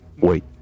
Wait